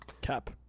Cap